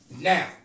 now